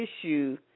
issue